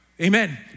Amen